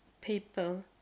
people